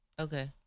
Okay